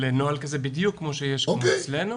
לנוהל כזה בדיוק כמו שיש אצלנו,